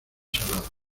salado